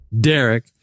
Derek